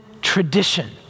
tradition